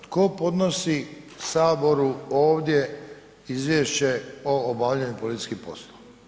Tko podnosi Saboru ovdje Izvješće o obavljanju policijskih poslova.